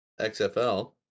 XFL